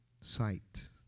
sight